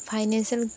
financial